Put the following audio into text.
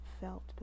felt